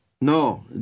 no